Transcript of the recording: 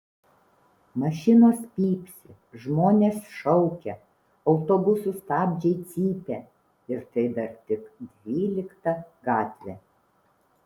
mašinos pypsi žmonės šaukia autobusų stabdžiai cypia ir tai dar tik dvylikta gatvė